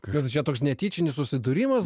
kad toks netyčinis susidūrimas